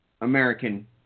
American